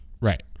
Right